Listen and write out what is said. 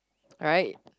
right